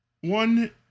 One